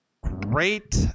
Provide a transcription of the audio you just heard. Great